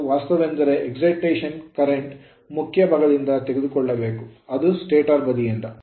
ಮತ್ತು ವಾಸ್ತವವೆಂದರೆ excitation current ಉದ್ಗಾರ ಪ್ರವಾಹವನ್ನು ಮುಖ್ಯಭಾಗದಿಂದ ತೆಗೆದುಕೊಳ್ಳಬೇಕು ಅದು ಸ್ಟಾಟರ್ ಬದಿಯಾಗಿದೆ